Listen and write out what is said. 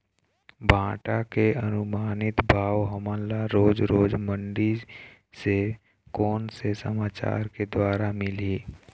भांटा के अनुमानित भाव हमन ला रोज रोज मंडी से कोन से समाचार के द्वारा मिलही?